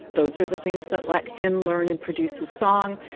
those are the things that let him learn and produce his song.